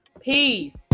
Peace